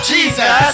Jesus